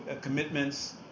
commitments